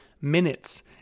Minutes